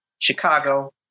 Chicago